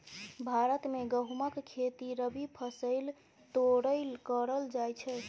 भारत मे गहुमक खेती रबी फसैल तौरे करल जाइ छइ